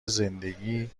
زندگی